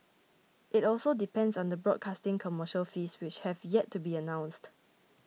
it also depends on the broadcasting commercial fees which have yet to be announced